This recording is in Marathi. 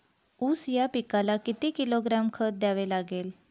ऊस या पिकाला किती किलोग्रॅम खत द्यावे लागेल?